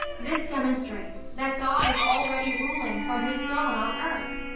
this demonstrates that god is already ruling from his throne on earth.